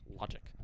logic